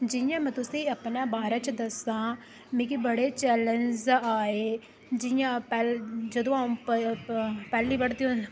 जियां में तुसेंगी अपने बारै च दस्सां मिगी बड़े चैलेंज आए जियां पैह्ले जदूं अ'ऊं पैह्ली पढ़दी